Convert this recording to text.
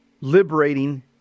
liberating